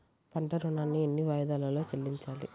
పంట ఋణాన్ని ఎన్ని వాయిదాలలో చెల్లించాలి?